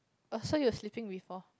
oh so you were sleeping before